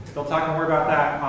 they'll talk more about